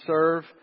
serve